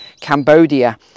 Cambodia